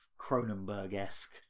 Cronenberg-esque